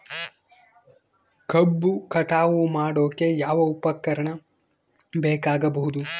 ಕಬ್ಬು ಕಟಾವು ಮಾಡೋಕೆ ಯಾವ ಉಪಕರಣ ಬೇಕಾಗಬಹುದು?